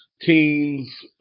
teens